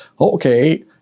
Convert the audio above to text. okay